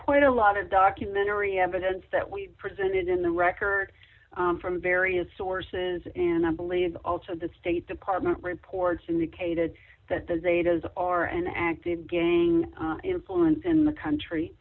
quite a lot of documentary evidence that we presented in the record from various sources and i believe also the state department reports indicated that the zetas are an active gang influence in the country